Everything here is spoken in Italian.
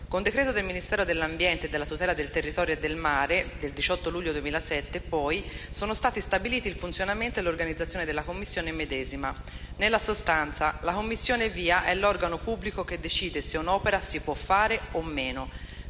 Con decreto del Ministro dell'ambiente e della tutela del territorio e del mare del 18 luglio 2007, poi, sono stati stabiliti il funzionamento e l'organizzazione della commissione medesima. Nella sostanza, la commissione VIA è l'organo pubblico che decide se un'opera si può fare o no.